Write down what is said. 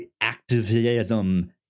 activism